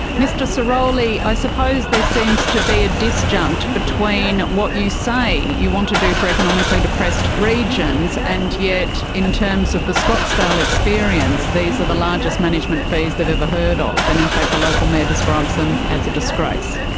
mr sirolli, i suppose there seems to be a disjunct between what you say you want to do for economically depressed regions and yet in terms of the scottsdale experience these are the largest management fees they've ever heard of and in fact the local mayor describes them as a disgrace.